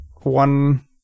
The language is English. one